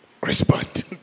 respond